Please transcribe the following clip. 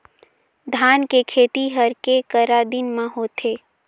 धान के खेती हर के करा दिन म होथे?